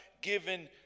given